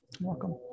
Welcome